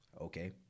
okay